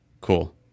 Cool